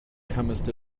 comest